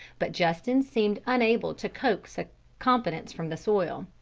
but justin seemed unable to coax a competence from the soil.